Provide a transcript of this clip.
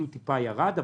קצת ירד,